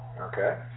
Okay